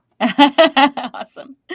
Awesome